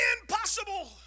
Impossible